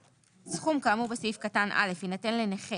(א1)סכום כאמור בסעיף קטן (א) יינתן לנכה